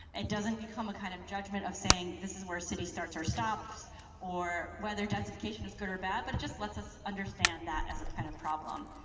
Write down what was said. it doesn't become a kind of judgement of saying this is where a city starts or stops or whether densification is good or bad, but it just lets us understand that as a kind of problem.